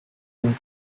old